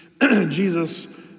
Jesus